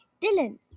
dylan